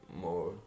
more